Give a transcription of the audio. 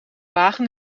wagen